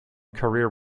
career